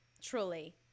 Truly